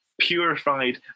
purified